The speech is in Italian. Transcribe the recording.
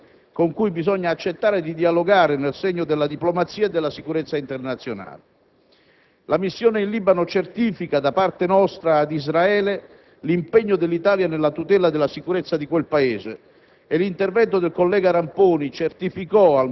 primo *partner* commerciale in particolare dell'Iran, con cui bisogna accettare di dialogare nel segno della diplomazia e della sicurezza internazionale. La missione in Libano certifica da parte nostra ad Israele l'impegno dell'Italia nella tutela della sicurezza di quel Paese.